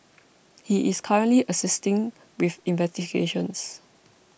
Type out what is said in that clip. he is currently assisting with investigations